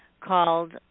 called